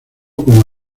como